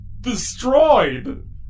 destroyed